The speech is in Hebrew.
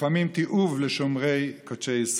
ולפעמים תיעוב לשומרי קודשי ישראל.